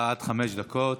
בבקשה, עד חמש דקות.